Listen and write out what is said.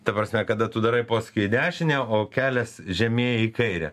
ta prasme kada tu darai posūkį į dešinę o kelias žemėja į kairę